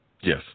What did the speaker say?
Yes